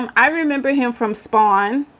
and i remember him from sporn.